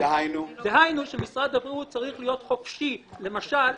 דהיינו שמשרד הבריאות צריך להיות חופשי למשל,